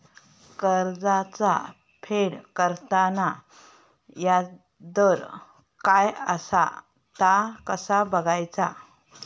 कर्जाचा फेड करताना याजदर काय असा ता कसा बगायचा?